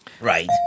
Right